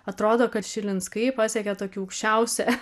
atrodo kad šilinskai pasiekė tokį aukščiausią